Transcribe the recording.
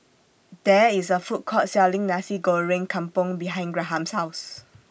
There IS A Food Court Selling Nasi Goreng Kampung behind Graham's House